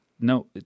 No